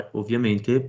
ovviamente